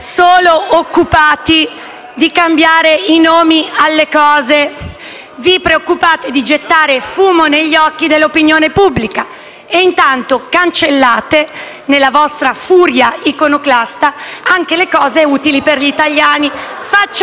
solo occupati di cambiare i nomi alle cose. Vi preoccupate di gettare fumo negli occhi dell'opinione pubblica e intanto cancellate, nella vostra furia iconoclasta, anche le cose utili per gli italiani.